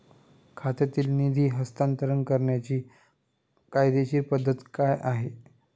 खात्यातील निधी हस्तांतर करण्याची कायदेशीर पद्धत काय आहे?